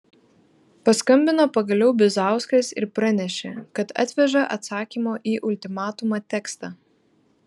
paskambino pagaliau bizauskas ir pranešė kad atveža atsakymo į ultimatumą tekstą